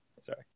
Sorry